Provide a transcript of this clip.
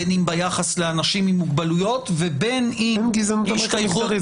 בין אם ביחס לאנשים עם מוגבלויות -- אין גזענות על רקע מגדרי,